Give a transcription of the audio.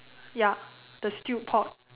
ya the stew pork